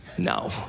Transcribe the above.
No